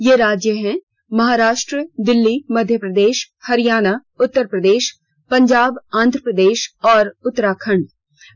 ये राज्य महाराष्ट्र दिल्ली मध्यप्रदेश हरियाणा उत्तरप्रदेश पंजाब आंध्रप्रदेश और उत्तराखंड हैं